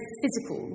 physical